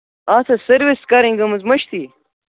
اَتھ حظ سٔروِس کَرٕنۍ گٲمٕژ مٔشتھٕے